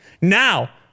Now